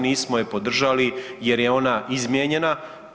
Nismo je podržali jer je ona izmijenjena.